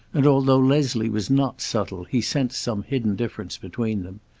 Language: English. and although leslie was not subtle he sensed some hidden difference between them.